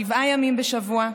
שבעה ימים בשבוע,